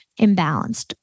imbalanced